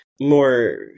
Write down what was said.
more